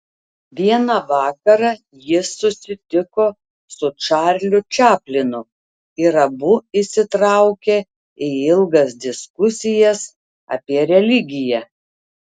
vieną vakarą jis susitiko su čarliu čaplinu ir abu įsitraukė į ilgas diskusijas apie religiją